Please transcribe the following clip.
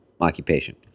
occupation